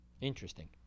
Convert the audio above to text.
Interesting